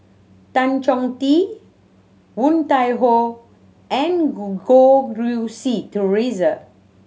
Tan Chong Tee Woon Tai Ho and Goh Rui Si Theresa